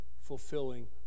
fulfilling